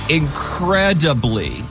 incredibly